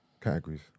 categories